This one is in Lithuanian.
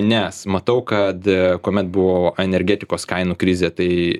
nes matau kad kuomet buvo energetikos kainų krizė tai